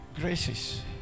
graces